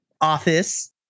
office